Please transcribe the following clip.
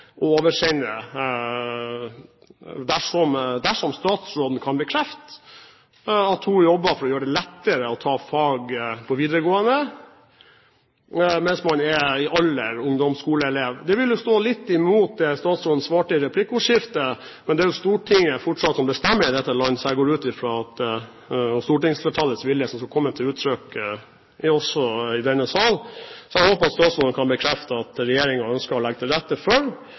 ta fag på videregående mens man er i ungdomsskolealder. Det vil være litt imot det statsråden svarte i replikkordskiftet, men det er fortsatt Stortinget som bestemmer i dette landet, og jeg går ut fra at det er stortingsflertallets vilje som skal komme til uttrykk i denne sal, så jeg håper statsråden kan bekrefte at regjeringen ønsker å legge til rette for